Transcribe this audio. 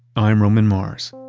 i'm roman mars